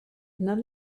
none